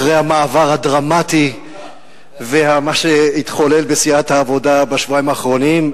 אחרי המעבר הדרמטי ומה שהתחולל בסיעת העבודה בשבועיים האחרונים,